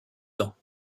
ans